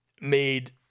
made